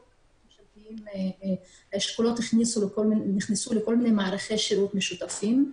האשכולות נכנסו לכל מיני מערכי שירות משותפים.